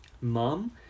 Mom